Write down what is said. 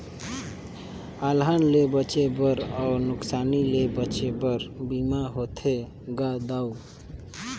अलहन ले बांचे बर अउ नुकसानी ले बांचे बर बीमा होथे गा दाऊ